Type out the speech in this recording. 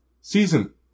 Season